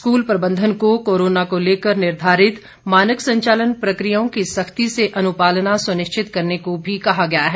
school प्रबंधन को corona को लेकर निर्धारित मानक संचालन प्रकियाओं की सरव्ती से अनुपालना सुनिश्चित करने को भी कहा गया है